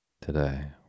Today